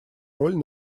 роль